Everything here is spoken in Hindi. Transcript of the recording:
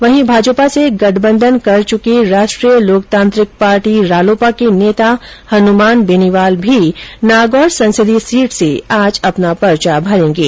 वहीं भाजपा से गठबंधन कर च्रके राष्ट्रीय लोकतांत्रिक पार्टी रालोपा के नेता हनुमान बेनीवाल भी नागौर संसदीय सीट से अपना पर्चा भरेंगे